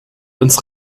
ins